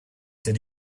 did